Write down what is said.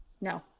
no